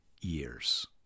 years